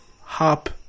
hop